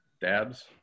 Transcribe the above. dabs